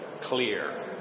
clear